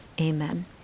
Amen